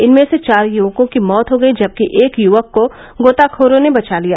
इनमें से चार युवकों की मौत हो गयी जबकि एक युवक को गोताखोरों ने बचा लिया